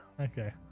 Okay